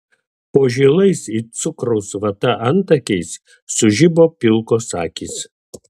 po žilais it cukraus vata antakiais sužibo pilkos akys